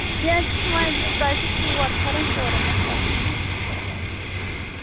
کیٚنٛہہ چھُنہٕ وۄنۍ تۄہہِ چھُ ژور پھٮ۪رَن ژورو منٛز کَرٕ بہٕ کیٚنٛہہ چھُنہٕ پرواے حظ